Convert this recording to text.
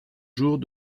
jours